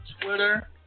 Twitter